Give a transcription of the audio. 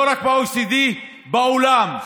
לא רק ב-OECD, בעולם.